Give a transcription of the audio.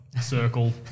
circle